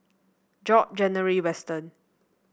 Job January Weston